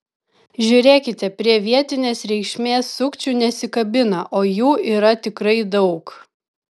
žiūrėkite prie vietinės reikšmės sukčių nesikabina o jų yra tikrai daug